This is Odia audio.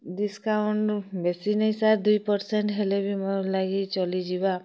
ଡିସ୍କାଉଣ୍ଟ୍ ବେଶୀ ନାଇଁ ସାର୍ ଦୁଇ ପରସେଣ୍ଟ୍ ହେଲେ ବି ମୋର୍ ଲାଗି ଚଲିଯିବା